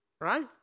Right